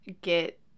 get